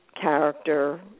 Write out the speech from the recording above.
character